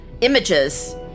images